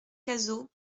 cazaux